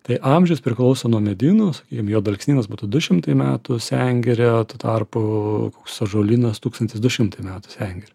tai amžius priklauso nuo medyno sakykim juodalksnynas būtų du šimtai metų sengirė tuo tarpu koks ąžuolynas tūkstantis du šimtai metų sengirė